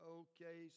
okay